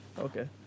Okay